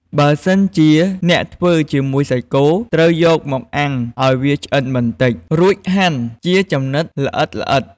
បើសិនជាអ្នកធ្វើជាមួយសាច់គោ ត្រូវយកមកអាំងឱ្យវាឆ្អិនបន្ដិច រួចហាន់ជាចំណិតល្អិតៗ។